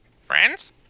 friends